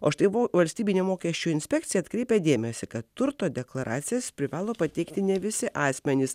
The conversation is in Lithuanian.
o štai buvo valstybinė mokesčių inspekcija atkreipia dėmesį kad turto deklaracijas privalo pateikti ne visi asmenys